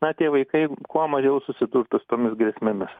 na tie vaikai kuo mažiau susidurtų su tomis grėsmėmis